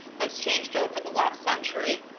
has changed over the last century.